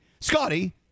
Scotty